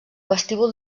vestíbul